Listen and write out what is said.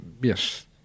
yes